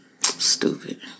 Stupid